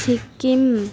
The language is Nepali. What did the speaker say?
सिक्किम